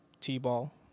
t-ball